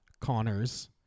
Connors